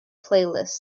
playlist